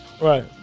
Right